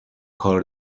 کار